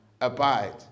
abide